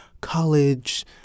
College